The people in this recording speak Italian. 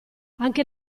anche